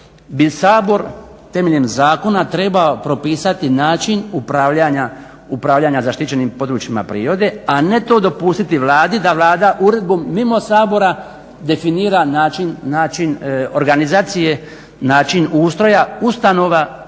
bi Sabor temeljem zakona trebao propisati način upravljanja zaštićenim područjima prirode, a ne to dopustiti Vladi, da Vlada uredbom mimo Sabora definira način organizacije, način ustroja ustanova